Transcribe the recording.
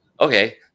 okay